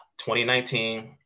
2019